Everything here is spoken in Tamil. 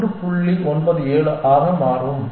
97 ஆக மாறும்